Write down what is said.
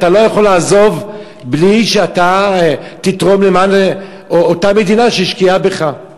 אתה לא יכול לעזוב בלי שאתה תתרום למען אותה מדינה שהשקיעה בך.